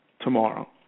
tomorrow